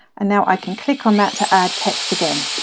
and now i can click on that to add text again.